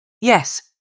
Yes